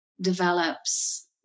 develops